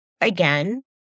again